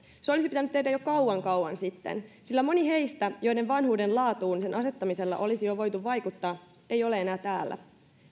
se olisi pitänyt tehdä jo kauan kauan sitten sillä moni heistä joiden vanhuuden laatuun sen asettamisella olisi jo voitu vaikuttaa ei ole enää täällä